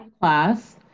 class